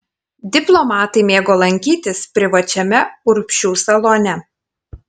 diplomatai mėgo lankytis privačiame urbšių salone